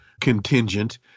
contingent